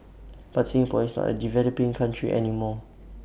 but Singapore is not A developing country any more